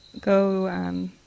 go